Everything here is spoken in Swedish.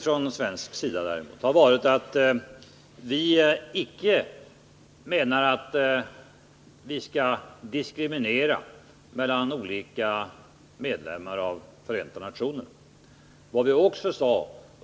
Från svensk sida har vi förklarat att vi inte vill diskriminera någon medlem av Förenta nationerna.